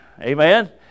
Amen